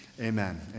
Amen